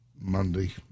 Monday